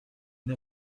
une